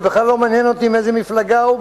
זה בכלל לא מעניין אותי מאיזה מפלגה הוא,